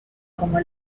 como